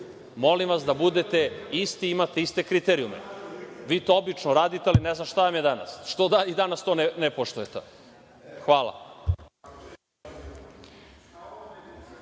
Molim vas, da budete isti, da imate iste kriterijume. Vi to obično radite, ali ne znam šta vam je danas. Što dalje i danas to ne poštujete. Hvala.